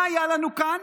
מה היה לנו כאן?